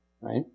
Right